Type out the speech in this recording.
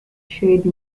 shade